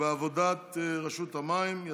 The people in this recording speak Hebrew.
ובעבודת רשות המים, מס' 593 ו-636.